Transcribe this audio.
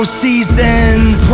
seasons